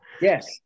Yes